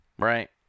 Right